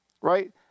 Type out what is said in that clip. right